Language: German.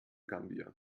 gambia